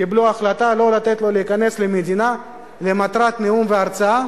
קיבלו החלטה לא לתת לו להיכנס למדינה למטרת נאום והרצאה,